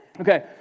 okay